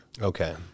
Okay